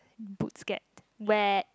boots get wet